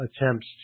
attempts